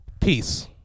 Peace